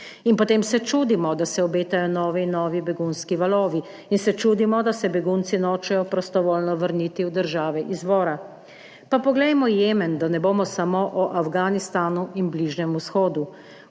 In potem se čudimo, da se obetajo novi in novi begunski valovi in se čudimo, da se begunci nočejo prostovoljno vrniti v države izvora. Pa poglejmo Jemen, da ne bomo samo o Afganistanu in Bližnjem vzhodu.